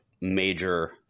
major